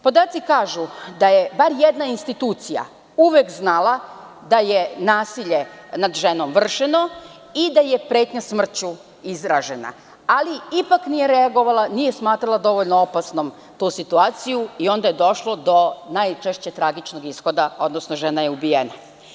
Podaci kažu da je bar jedna institucija uvek znala da je nasilje nad ženama vršeno i da je pretnja smrću izražena, ali ipak nije reagovala, nije smatrala dovoljnom opasnom tu situaciju i onda je najčešće došlo do tragičnog ishoda, odnosno žena je ubijena.